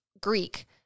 Greek